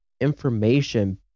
information